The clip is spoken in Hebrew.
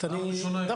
לתת הצהרה וללכת.